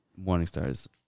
Morningstar's